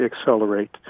accelerate